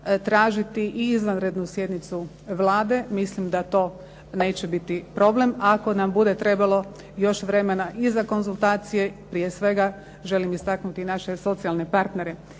tražiti i izvanrednu sjednicu Vlade. Mislim da to neće biti problem, ako nam bude trebalo još vremena i za konzultacije, prije svega želim istaknuti naše socijalne partnere.